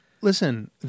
listen